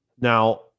now